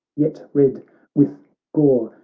yet red with gore,